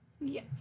Yes